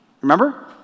Remember